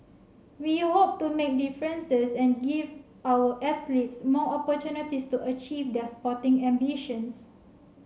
we hope to make differences and give our athletes more opportunities to achieve their sporting ambitions